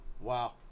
wow